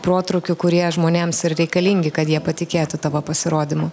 protrūkių kurie žmonėms ir reikalingi kad jie patikėtų tavo pasirodymu